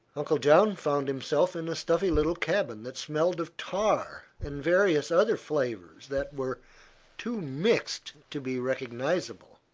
uncle john found himself in a stuffy little cabin that smelled of tar and various other flavors that were too mixed to be recognizable.